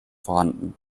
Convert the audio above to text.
vorhanden